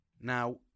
Now